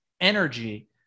energy